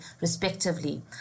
respectively